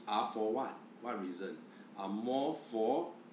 are for what what reason are more for